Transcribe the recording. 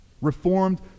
Reformed